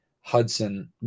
Hudson